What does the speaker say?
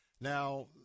Now